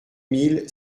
mille